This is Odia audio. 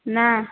ନା